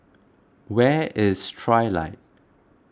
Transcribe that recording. where is Trilight